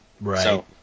Right